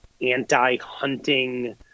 anti-hunting